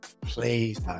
please